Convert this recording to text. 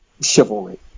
chivalry